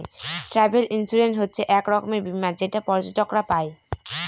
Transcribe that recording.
travel insurance হচ্ছে এক রকমের বীমা যেটা পর্যটকরা পাই